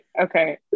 okay